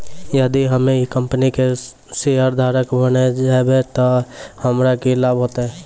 यदि हम्मै ई कंपनी के शेयरधारक बैन जैबै तअ हमरा की लाभ होतै